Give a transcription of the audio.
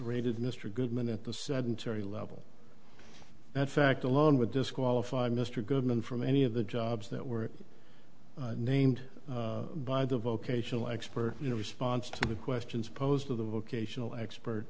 rated mr goodman at the sedentary level that fact alone would disqualify mr goodman from any of the jobs that were named by the vocational expert in response to the questions posed to the vocational expert